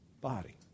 body